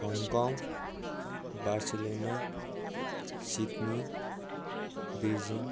Hong Kong Barcelona Sydney Beijing